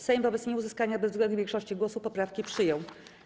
Sejm wobec nieuzyskania bezwzględnej większości głosów poprawki przyjął.